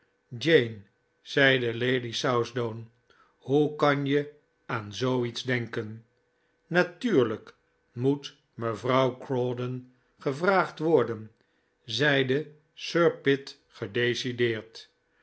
jane zeide lady southdown hoe kan je aan zoo iets denken natuurlijk moet mevrouw crawdon gevraagd worden zeide sir pitt